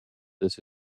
this